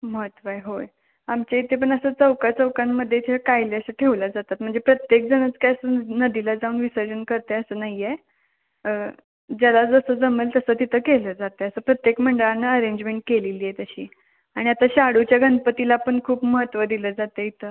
महत्त्व आहे होय आमच्या इथे पण असं चौकाचौकांमध्ये कायल्या असे ठेवल्या जातात म्हणजे प्रत्येकजणच काय सु नदीला जाऊन विसर्जन करत आहे असं नाही आहे ज्याला जसं जमेल तसं तिथं केलं जात आहे असं प्रत्येक मंडळानं अरेंजमेंट केलेली आहे तशी आणि आता शाडूच्या गणपतीला पण खूप महत्त्व दिलं जात आहे इथं